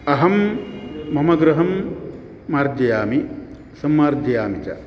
अहं मम गृहं मार्जयामि सम्मार्जयामि च